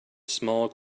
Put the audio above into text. small